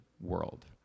world